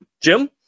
jim